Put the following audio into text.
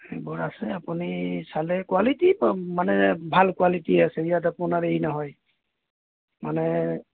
সেইবোৰ আছে আপুনি চালে কোৱলিটি মানে ভাল কোৱালিটি আছে ইয়াত আপোনাৰ এই নহয় মানে